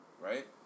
Right